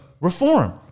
reform